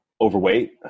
overweight